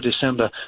december